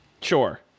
Sure